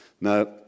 Now